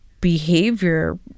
behavior